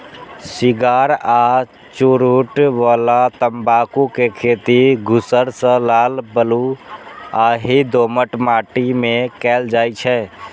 cigar आ चुरूट बला तंबाकू के खेती धूसर सं लाल बलुआही दोमट माटि मे कैल जाइ छै